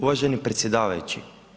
Uvaženi predsjedavajući.